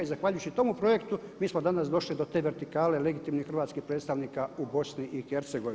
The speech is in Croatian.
I zahvaljujući tome projektu mi smo danas došli do te vertikale legitimnih hrvatskih predstavnika u BiH.